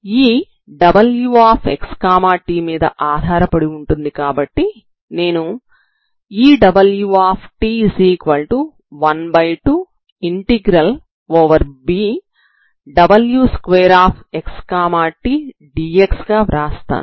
Ewxt మీద ఆధారపడి ఉంటుంది కాబట్టి నేనుE12w2xt⏟dxB గా వ్రాస్తాను